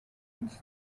its